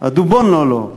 "הדובון לֹאלֹא".